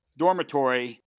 dormitory